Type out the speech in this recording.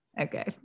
okay